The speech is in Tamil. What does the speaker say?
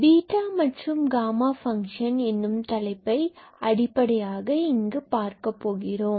பீட்டா மற்றும் காமா ஃபங்ஷன் எனும் தலைப்பை அடிப்படையாக இங்கு பார்க்கலாம்